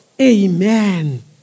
amen